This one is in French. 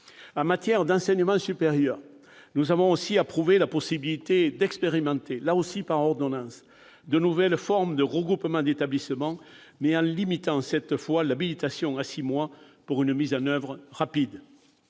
En matière d'enseignement supérieur, nous avons approuvé la possibilité d'expérimenter, là aussi par ordonnance, de nouvelles formes de regroupement d'établissements, mais en limitant cette fois l'habilitation à six mois, pour une mise en oeuvre rapide.